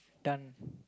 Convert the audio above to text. done